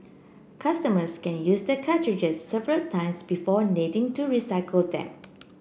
customers can use the cartridges several times before needing to recycle them